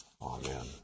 Amen